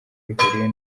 ihuriye